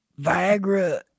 Viagra